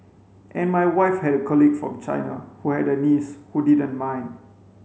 and my wife had a colleague from China who had a niece who didn't mind